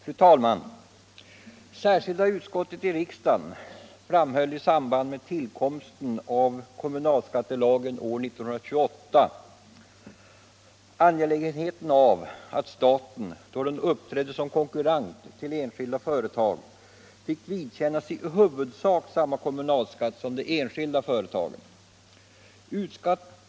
Herr talman! Särskilda utskottet i riksdagen framhöll i samband med tillkomsten av kommunalskattelagen år 1928 angelägenheten av att staten, då den uppträdde som konkurrent till enskilda företag, fick vidkännas i huvudsak samma kommunalskatt som de enskilda företagen.